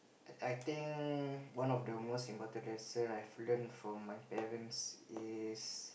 I think one of the most important lesson I've learn from my parents is